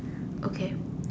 okay